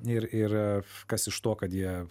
ir ir kas iš to kad jie